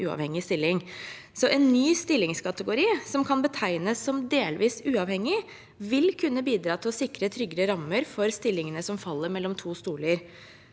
en ny stillingskategori som kan betegnes som «delvis uavhengig», vil kunne bidra til å sikre tryggere rammer for stillingene som faller mellom to stoler.